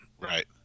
Right